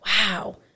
wow